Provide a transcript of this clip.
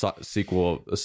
sequel